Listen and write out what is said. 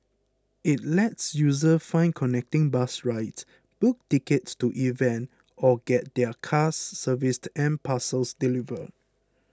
it lets users find connecting bus rides book tickets to events or get their cars serviced and parcels delivered